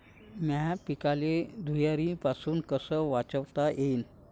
माह्या पिकाले धुयारीपासुन कस वाचवता येईन?